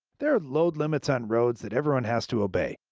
there are load limits on roads that everyone has to obey.